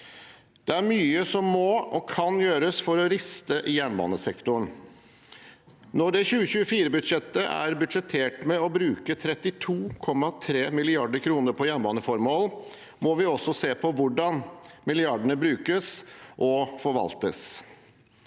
Det er mye som må og kan gjøres for å riste i jernbanesektoren. Når det i 2024-budsjettet er budsjettert med å bruke 32,3 mrd. kr på jernbaneformål, må vi også se på hvordan milliardene brukes og forvaltes.